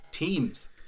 Teams